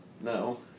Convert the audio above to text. No